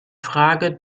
frage